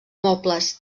mobles